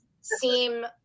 seem